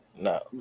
No